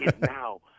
now